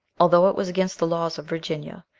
although it was against the laws of virginia,